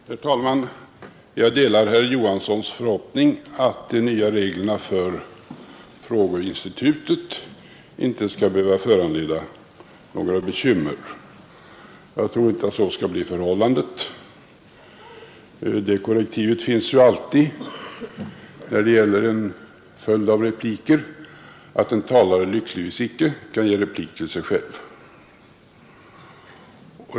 Herr talman! Jag delar herr Johanssons i Trollhättan förhoppning att de nya reglerna för frågeinstitutet inte skall behöva fö bekymmer. Jag tror inte att så skall bli förhållandet. Det korrektivet finns ju alltid, när det gäller en följd av repliker, att en talare lyckligtvis icke kan ge replik till sig själv.